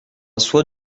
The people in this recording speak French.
soit